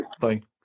Thank